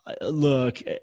Look